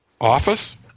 Office